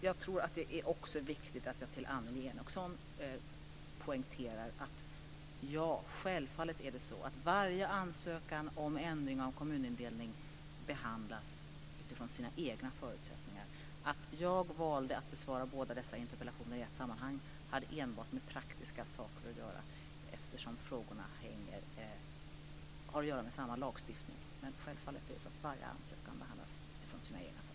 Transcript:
Jag tror att det också är viktigt att jag till Annelie Enochson poängterar att ja, självfallet är det så att varje ansökan om ändring av kommunindelning behandlas utifrån sina egna förutsättningar. Att jag valde att besvara båda dessa interpellationer i ett sammanhang hade enbart med praktiska saker att göra, eftersom frågorna har att göra med samma lagstiftning. Men självfallet är det så att varje ansökan behandlas utifrån sina egna förutsättningar.